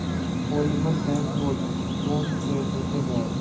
polymer bank note कौन से होते हैं